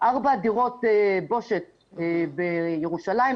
ארבע דירות בושת בירושלים,